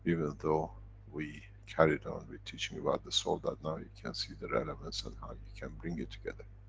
even though we carried on, we're teaching about the soul, that now you can see the relevance, and how you can bring it together.